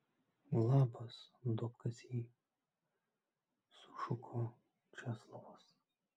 labas duobkasy sušuko česlovas